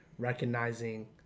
recognizing